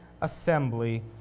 assembly